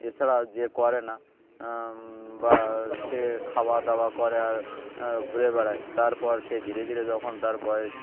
এছাড়া যে করে না বা সে খাওয়া দাওয়া করে আর ঘুরে বেড়ায় তারপর সে ধীরে ধীরে যখন তার বয়স